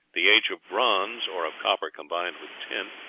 the age of bronze, or of copper combined with tin,